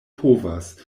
povas